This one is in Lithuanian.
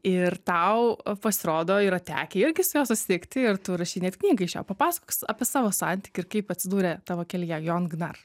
ir tau pasirodo yra tekę irgi su juo susitikti ir tu rašei net knygą iš jo papasakok apie savo santykį ir kaip atsidūrė tavo kelyje jon gnar